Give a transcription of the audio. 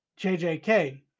JJK